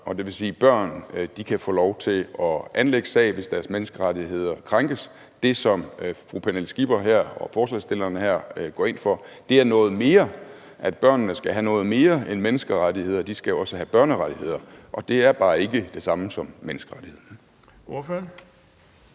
det vil sige, at børn kan få lov til at anlægge sag, hvis deres menneskerettigheder krænkes. Det, som fru Pernille Skipper og forslagsstillerne her går ind for, er, at børnene skal have noget mere end menneskerettigheder; de skal også have børnerettigheder. Og det er bare ikke det samme som menneskerettigheder. Kl.